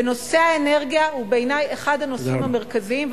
ונושא האנרגיה הוא בעיני אחד הנושאים המרכזיים,